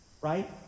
right